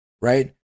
right